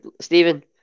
Stephen